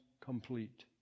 complete